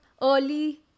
early